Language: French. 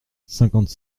cinquante